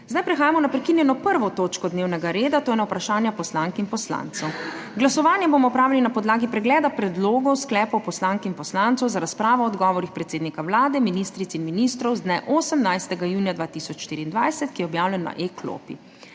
reda. Prehajamo na prekinjeno 1. točko dnevnega reda, to je na Vprašanja poslank in poslancev. Glasovanje bomo opravili na podlagi pregleda predlogov sklepov poslank in poslancev za razpravo o odgovorih predsednika Vlade, ministric in ministrov z dne 18. junija 2024, ki je objavljen na e-klopi.